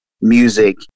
music